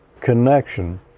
connection